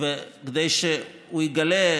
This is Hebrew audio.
וכדי שהוא יגלה,